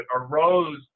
arose